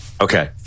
okay